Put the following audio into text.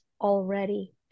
already